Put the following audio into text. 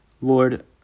Lord